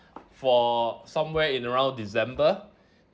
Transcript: for somewhere in around december